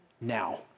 now